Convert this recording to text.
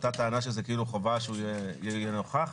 עלתה טענה שזה כאילו חובה שהוא יהיה נוכח.